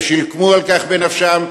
הם שילמו על כך בנפשם,